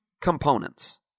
components